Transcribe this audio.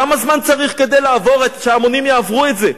כמה זמן צריך כדי שההמונים יעברו את זה?